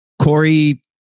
Corey